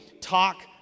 talk